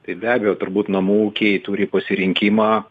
tai be abejo turbūt namų ūkiai turi pasirinkimą